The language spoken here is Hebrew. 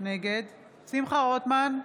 נגד שמחה רוטמן,